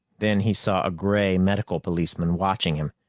then he saw a gray medical policeman watching him,